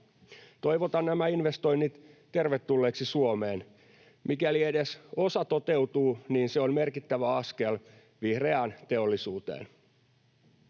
Toivotan nämä investoinnit tervetulleiksi Suomeen. Mikäli edes osa toteutuu, niin se on merkittävä askel vihreään teollisuuteen.